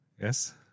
Yes